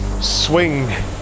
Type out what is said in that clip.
swing